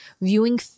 viewing